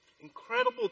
incredible